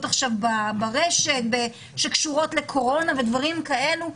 ברשת שקשורות לקורונה ודברים כאלה.